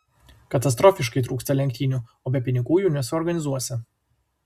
katastrofiškai trūksta lenktynių o be pinigų jų nesuorganizuosi